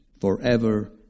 forever